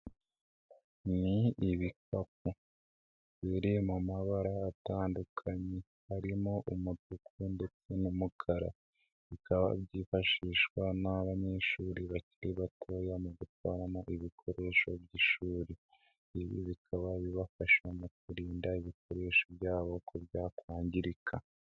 Ni ibikapu biri mu mabara atandukanye harimo: umutuku ndetse n'umukara. Bikaba byifashishwa n'abanyeshuri bakiri batoya mu gutwaramo ibikoresho by'ishuri. Ibi bikaba bibafasha mu kurinda ibikoresho byabo ko byakwangirika.